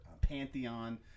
pantheon